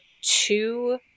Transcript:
two